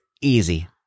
easy